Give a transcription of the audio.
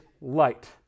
light